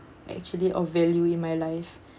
actually of value in my life